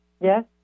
Yes